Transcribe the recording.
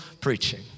preaching